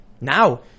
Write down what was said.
Now